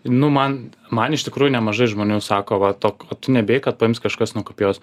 nu man man iš tikrųjų nemažai žmonių sako va to a tu nebijai kad paims kažkas nukopijuos